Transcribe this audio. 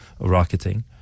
rocketing